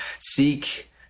seek